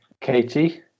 katie